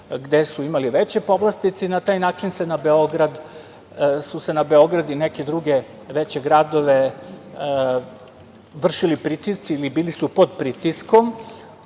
gde su imali veće povlastice i na taj način su se na Beograd i neke druge veće gradove vršili pritisci ili bili su pod pritiskom